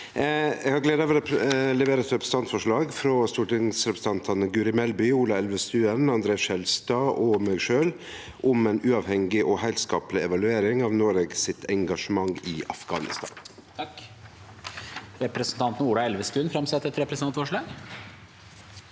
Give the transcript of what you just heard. Eg har gleda av å levere inn eit representantforslag frå stortingsrepresentantane Guri Melby, Ola Elvestuen, André N. Skjelstad og meg sjølv om ei uavhengig og heilskapleg evaluering av Noreg sitt engasjement i Afghanistan. Presidenten Representanten Ola Elve- stuen vil framsette et representantforslag.